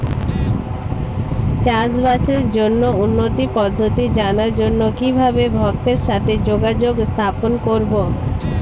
চাষবাসের জন্য উন্নতি পদ্ধতি জানার জন্য কিভাবে ভক্তের সাথে যোগাযোগ স্থাপন করব?